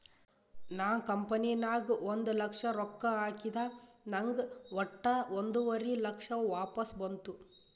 ನಾ ಕಂಪನಿ ನಾಗ್ ಒಂದ್ ಲಕ್ಷ ರೊಕ್ಕಾ ಹಾಕಿದ ನಂಗ್ ವಟ್ಟ ಒಂದುವರಿ ಲಕ್ಷ ವಾಪಸ್ ಬಂತು